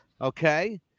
okay